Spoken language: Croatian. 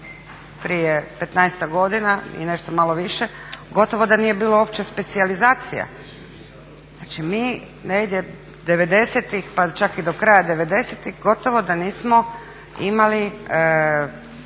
petnaestak godina i nešto malo više gotovo da nije bilo uopće specijalizacija. Znači mi negdje 90.tih pa čak i do kraja 90.tih gotovo da nismo imali